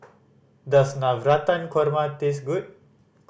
does Navratan Korma taste good